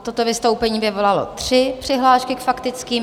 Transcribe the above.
Toto vystoupení vyvolalo tři přihlášky k faktickým.